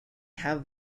have